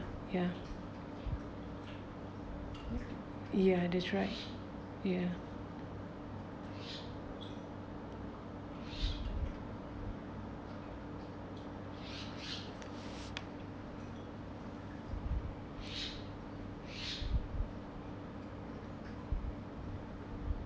ya ya that's right